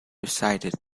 recited